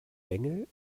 bengel